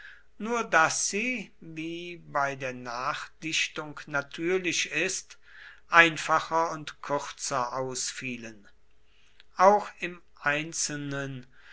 nur daß sie wie bei der nachdichtung natürlich ist einfacher und kürzer ausfielen auch im einzelnen